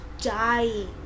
dying